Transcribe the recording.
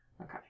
Okay